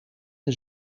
een